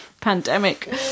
pandemic